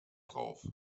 drauf